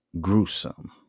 gruesome